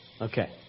Okay